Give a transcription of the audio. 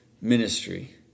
ministry